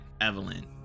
Evelyn